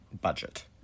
budget